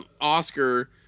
Oscar